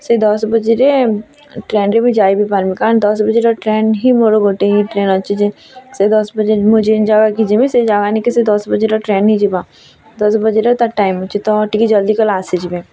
ସେ ଦଶ୍ ବଜେରେ ଟ୍ରେନ୍ରେ ଯାଇ ବି ପାର୍ମି କାରଣ ଦଶ ବଜେର ଟ୍ରେନ୍ ହିଁ ମୋର ଗୋଟେ ହିଁ ଟ୍ରେନ୍ ଅଛି ଯେ ସେ ଦଶ୍ ବଜେନୁ ମୁଇଁ ଯେନ୍ ଜାଗାକି ଯିବି ସେ ଜାଗା ନିକି ସେ ଦଶ୍ ବଜେର ଟ୍ରେନ୍ ହିଁ ଯିବା ଦଶ୍ ବଜେର ତା ଟାଇମ୍ ଅଛି ତ ଟିକେ ଜଲ୍ଦି କାଲ୍ ଆସିଯିବେ